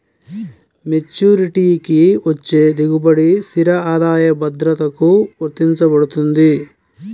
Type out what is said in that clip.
మెచ్యూరిటీకి వచ్చే దిగుబడి స్థిర ఆదాయ భద్రతకు వర్తించబడుతుంది